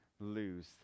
lose